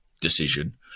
decision